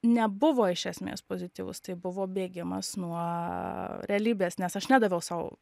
nebuvo iš esmės pozityvus tai buvo bėgimas nuo realybės nes aš nedaviau sau